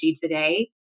today